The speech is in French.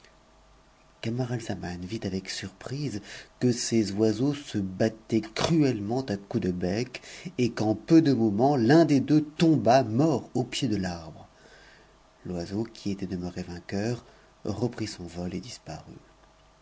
m atzaman vit avec surprise que ces oiseaux se battaient cruellecoups de bec et qu'en peu de moments l'un des deux tomba mort nic i de l'arbre l'oiseau qui était demeuré vainqueur reprit son vol et disparut